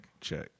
check